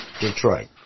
Detroit